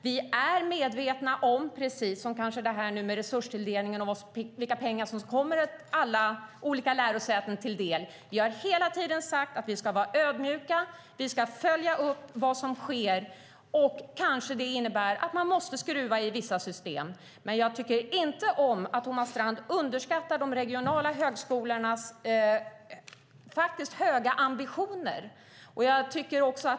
Vi är medvetna om resurstilldelningen och vilka pengar som kommer alla olika lärosäten till del. Vi har hela tiden sagt att vi ska vara ödmjuka och följa upp vad som sker. Det kanske innebär att man måste skruva i vissa system. Jag tycker inte om att Thomas Strand underskattar de regionala högskolornas höga ambitioner.